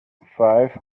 five